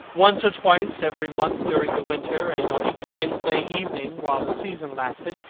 once or twice every month during the winter, and on each wednesday evening while the season lasted,